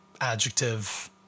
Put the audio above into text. adjective